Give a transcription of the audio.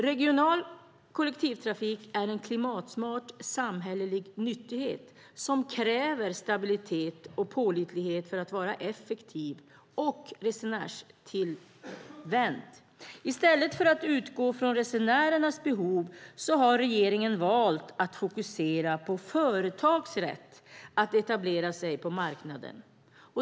Regional kollektivtrafik är en klimatsmart samhällelig nyttighet som kräver stabilitet och pålitlighet för att vara effektiv och resenärstillvänd. I stället för att utgå från resenärernas behov har regeringen valt att fokusera på företags rätt att etablera sig på marknaden.